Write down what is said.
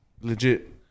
legit